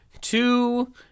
two